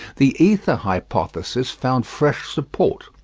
the ether hypothesis found fresh support.